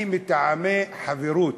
אני, מטעמי חברות,